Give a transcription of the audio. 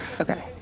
Okay